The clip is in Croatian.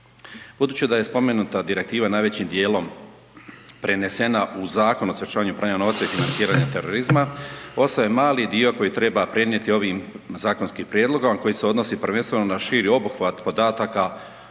Budući da je spomenuta direktiva najvećim dijelom prenesena u Zakon o sprječavanju pranja novca i financiranja terorizma ostaje mali dio koji treba prenijeti ovim zakonskim prijedlogom, a koji se odnosi prvenstveno na širi obuhvat podataka